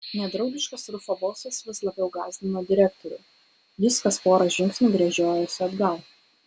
nedraugiškas rufo balsas vis labiau gąsdino direktorių jis kas pora žingsnių gręžiojosi atgal